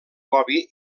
gobi